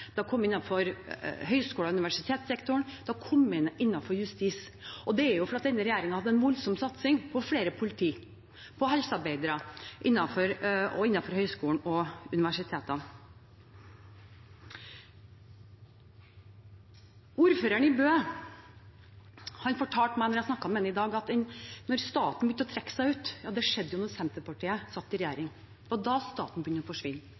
høyskole- og universitetssektoren og justis. Det er fordi denne regjeringen hadde en voldsom satsing på flere politi, på helsearbeidere og innenfor høyskoler og universiteter. Ordføreren i Bø fortalte meg da jeg snakket med ham i dag, at staten begynte å trekke seg ut da Senterpartiet satt i regjering, det var da staten begynte å forsvinne.